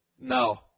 No